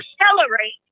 accelerate